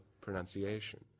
pronunciation